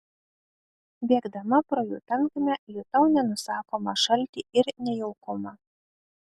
bėgdama pro jų tankmę jutau nenusakomą šaltį ir nejaukumą